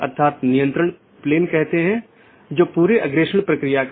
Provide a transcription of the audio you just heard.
अगर हम BGP घटकों को देखते हैं तो हम देखते हैं कि क्या यह ऑटॉनमस सिस्टम AS1 AS2 इत्यादि हैं